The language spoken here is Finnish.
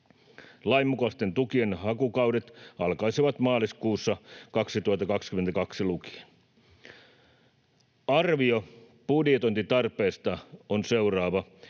Lain mukaisten tukien hakukaudet alkaisivat maaliskuusta 2022 lukien. Arvio budjetointitarpeesta on seuraava: